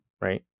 right